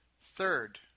Third